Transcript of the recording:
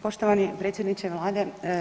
Poštovani predsjedniče Vlade.